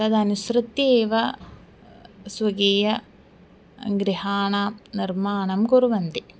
तदनुसृत्य एव स्वकीयं गृहाणां निर्माणं कुर्वन्ति